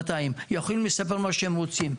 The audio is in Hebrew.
יכולים לספר מה שהם רוצים.